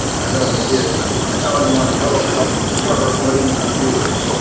i know i did. but i'm telling you on television in front of our millions of viewers.